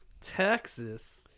texas